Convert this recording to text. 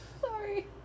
Sorry